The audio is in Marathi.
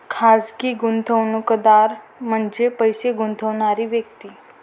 खाजगी गुंतवणूकदार म्हणजे पैसे गुंतवणारी व्यक्ती